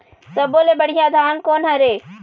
सब्बो ले बढ़िया धान कोन हर हे?